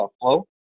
Flow